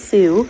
Sue